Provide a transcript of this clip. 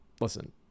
Listen